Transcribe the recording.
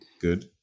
good